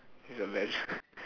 is a legend